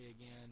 again